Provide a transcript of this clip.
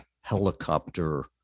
helicopter